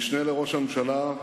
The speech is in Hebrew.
משנה לראש הממשלה,